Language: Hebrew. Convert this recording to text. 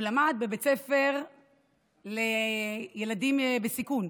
הוא למד בבית ספר לילדים בסיכון,